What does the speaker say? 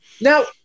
Now